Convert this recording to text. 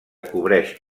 cobreix